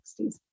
1960s